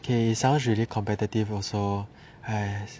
okay sounds really competitive also